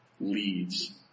leads